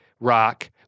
rock